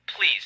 Please